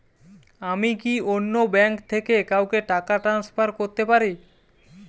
আমি কি অন্য ব্যাঙ্ক থেকে কাউকে টাকা ট্রান্সফার করতে পারি?